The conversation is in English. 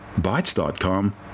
Bytes.com